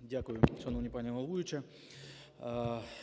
Дякую, шановна пані головуюча.